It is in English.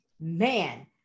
Man